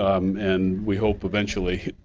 um and we hope, eventually,